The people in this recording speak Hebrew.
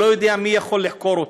אני לא יודע מי יכול לחקור אותה.